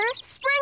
Spring